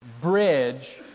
bridge